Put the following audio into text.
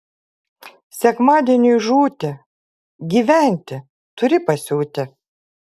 sekmadieniui žūti gyventi turi pasiūti